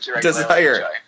Desire